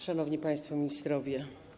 Szanowni Państwo Ministrowie!